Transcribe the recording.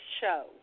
show